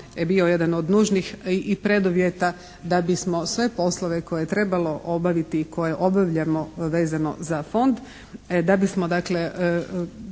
bio jedan od nužnih i preduvjeta da bismo sve poslove koje je trebalo obaviti i koje obavljamo vezano za fond, da bismo dakle